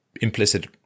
implicit